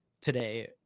today